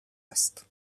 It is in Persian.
است